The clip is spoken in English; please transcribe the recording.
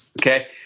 Okay